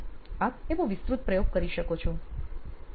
આપ એવો વિસ્તૃત પ્રયોગ કરી શકો છો